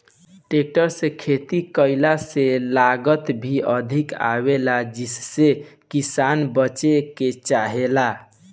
tractor से खेती कईला से लागत भी अधिक आवेला जेइसे किसान बचे के चाहेलन